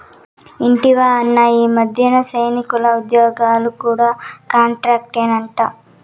ఇంటివా అన్నా, ఈ మధ్యన సైనికుల ఉజ్జోగాలు కూడా కాంట్రాక్టేనట